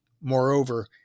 Moreover